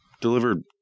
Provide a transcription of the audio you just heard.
delivered